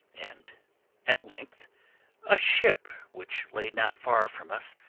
and at length a ship, which lay not far from us,